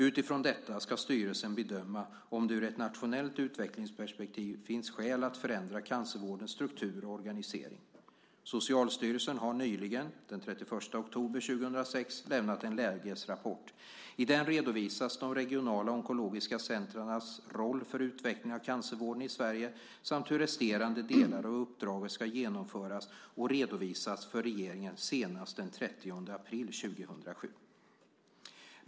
Utifrån detta ska styrelsen bedöma om det ur ett nationellt utvecklingsperspektiv finns skäl att förändra cancervårdens struktur och organisering. Socialstyrelsen har nyligen, den 31 oktober 2006, lämnat en lägesrapport. I den redovisas de regionala onkologiska centrens roll för utvecklingen av cancervården i Sverige samt hur resterande delar av uppdraget ska genomföras och redovisas för regeringen senast den 30 april 2007.